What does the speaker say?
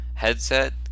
headset